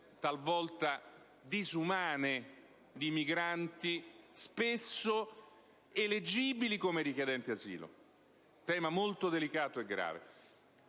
talvolta disumane, di migranti spesso eleggibili come richiedenti asilo, tema molto delicato e grave.